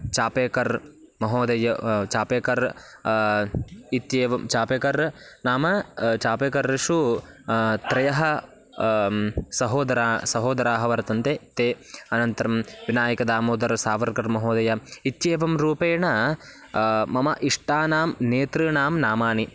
चापेकर्महोदयः चापेकर् इत्येवं चापेकर् नाम चापेकर्षु त्रयः सहोदराः सहोदराः वर्तन्ते ते अनन्तरं विनायकदामोदर् सावर्कर्महोदयः इत्येवं रूपेण मम इष्टानां नेतॄणां नामानि